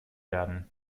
werden